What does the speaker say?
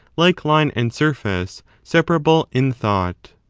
like line and surface, separable in thought.